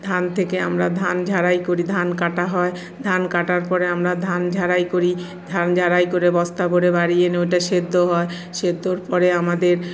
ধান থেকে আমরা ধান ঝারাই করি ধান কাটা হয় ধান কাটার পরে আমরা ধান ঝারাই করি ধান ঝারাই করে বস্তা ভরে বাড়ি এনে ওটা সেদ্ধ হয় সেদ্ধর পরে আমাদের